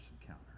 encounter